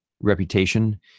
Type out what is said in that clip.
reputation